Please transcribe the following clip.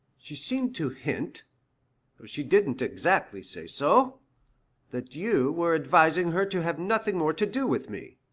she seemed to hint though she didn't exactly say so that you were advising her to have nothing more to do with me.